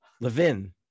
Levin